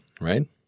Right